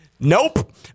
Nope